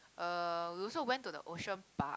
uh we also went to the Ocean Park